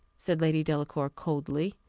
said lady delacour, coldly,